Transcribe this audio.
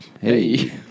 hey